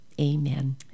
amen